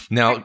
Now